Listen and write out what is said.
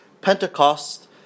Pentecost